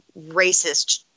racist